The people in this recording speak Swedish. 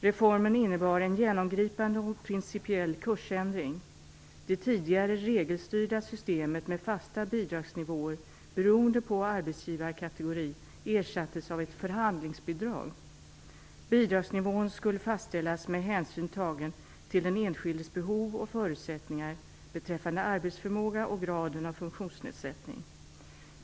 Reformen innebar en genomgripande och principiell kursändring. Det tidigare regelstyrda systemet med fasta bidragsnivåer, beroende på arbetsgivarkategori, ersattes av ett förhandlingsbidrag. Bidragsnivån skulle fastställas med hänsyn tagen till den enskildes behov och förutsättningar beträffande arbetsförmåga och graden av funktionsnedsättning.